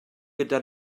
gyda